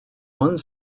one